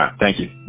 ah thank you